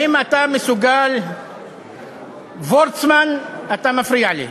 האם אתה מסוגל, וורצמן, אתה מפריע לי.